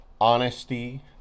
honesty